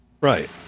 Right